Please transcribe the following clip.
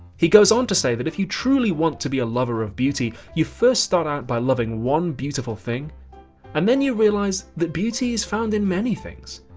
he goes on to say that if you truly want to be a lover of beauty you first start out by loving one beautiful thing and then you realize that beauty is found in many things.